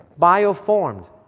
bioformed